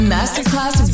Masterclass